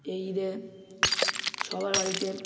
এই ঈদে সবার বাড়িতে